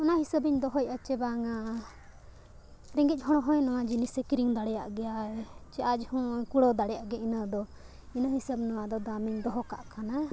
ᱚᱱᱟ ᱦᱤᱥᱟᱹᱵᱤᱧ ᱫᱚᱦᱚᱭ ᱟ ᱪᱮ ᱵᱟᱝᱼᱟ ᱨᱮᱸᱜᱮᱡ ᱦᱚᱲ ᱦᱚᱭ ᱱᱚᱣᱟ ᱡᱤᱱᱤᱥᱮ ᱠᱤᱨᱤᱧ ᱫᱟᱲᱮᱭᱟᱜ ᱜᱮᱭᱟ ᱪᱮ ᱟᱡ ᱦᱚᱸ ᱠᱩᱲᱟᱹᱣ ᱫᱟᱲᱮᱭᱟᱜ ᱜᱮᱭᱟ ᱤᱱᱟᱹ ᱫᱚ ᱤᱱᱟᱹ ᱦᱤᱥᱟᱹᱵ ᱱᱚᱣᱟ ᱫᱚ ᱫᱟᱢᱤᱧ ᱫᱚᱦᱚ ᱠᱟᱜ ᱠᱟᱱᱟ